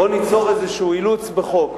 בוא ניצור איזה אילוץ בחוק.